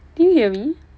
can you hear me